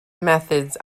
methods